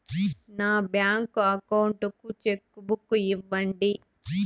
నా bank account కు cheque book ఇవ్వండి